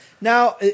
Now